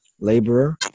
laborer